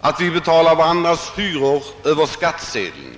att vi betalar varandras hyror över skattsedeln.